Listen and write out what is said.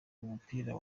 mupira